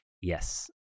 Yes